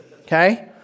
okay